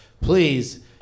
Please